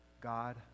God